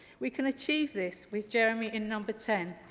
we can achieve this with jeremy in number ten.